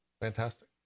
fantastic